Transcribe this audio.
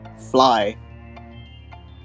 fly